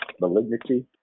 malignity